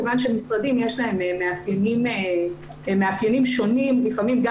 כיוון שמשרדים יש להם מאפיינים שונים לפעמים גם